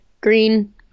Green